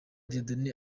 dieudonné